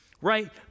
right